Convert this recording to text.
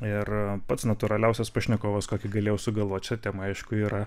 ir pats natūraliausias pašnekovas kokį galėjau sugalvot šia tema aišku yra